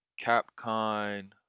Capcom